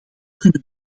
kunnen